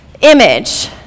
image